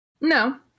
no